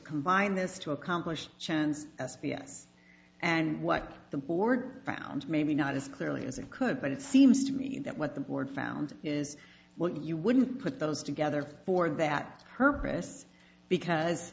combine this to accomplish chan's as b s and what the board found maybe not as clearly as it could but it seems to me that what the board found is what you wouldn't put those together for that purpose because